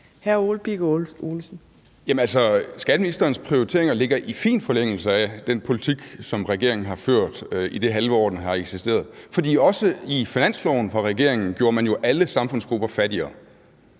Ole Birk Olesen (LA): Skatteministerens prioriteringer ligger i fin forlængelse af den politik, som regeringen har ført i det halve år, den har eksisteret, for også i finanslovsforslaget fra regeringen gjorde man jo alle samfundsgrupper fattigere.